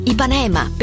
Ipanema